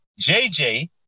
JJ